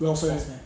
welfare